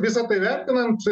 visa tai vertinant